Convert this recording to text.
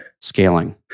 scaling